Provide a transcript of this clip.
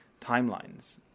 timelines